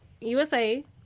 USA